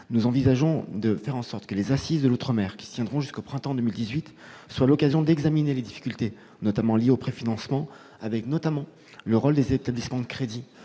Nous envisageons de faire en sorte que les assises des outre-mer, qui se tiendront jusqu'au printemps 2018, soient l'occasion d'examiner les difficultés liées à ce préfinancement et d'étudier notamment le rôle des établissements de crédit